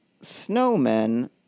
snowmen